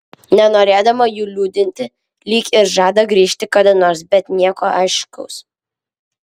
nenorėdama jų liūdinti lyg ir žada grįžt kada nors bet nieko aiškaus